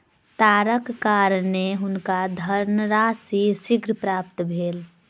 तारक कारणेँ हुनका धनराशि शीघ्र प्राप्त भेल